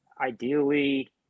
Ideally